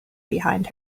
behind